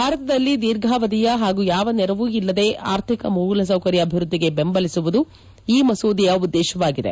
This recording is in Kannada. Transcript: ಭಾರತದಲ್ಲಿ ದೀರ್ಘಾವಧಿಯ ಹಾಗೂ ಯಾವ ನೆರವೂ ಇಲ್ಲದೆ ಆರ್ಥಿಕ ಮೂಲಸೌಕರ್ತ ಅಭಿವೃದ್ದಿಗೆ ಬೆಂಬಲಿಸುವುದು ಈ ಮಸೂದೆಯ ಉದ್ದೇಶವಾಗಿದೆ